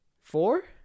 four